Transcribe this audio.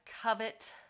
covet